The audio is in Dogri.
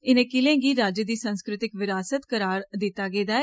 इनें किलें गी राज्य दी सांस्कृतिक विरासत करार दित्ता गेदा ऐ